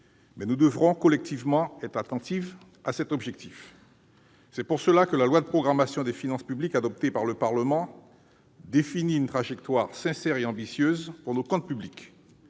pays. Nous devrons collectivement être attentifs à cet objectif. C'est pour cela que la loi de programmation des finances publiques adoptée par le Parlement définit une trajectoire sincère et ambitieuse pour nos comptes publics.